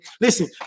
Listen